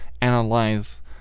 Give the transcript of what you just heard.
analyze